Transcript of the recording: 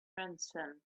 transcend